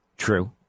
True